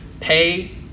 Pay